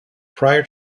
prior